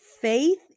Faith